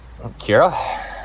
Kira